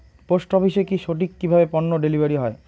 Post অফিসে কি সঠিক কিভাবে পন্য ডেলিভারি হয়?